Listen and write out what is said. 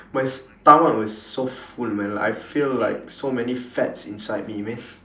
my stomach was so full man like I feel like so many fats inside me man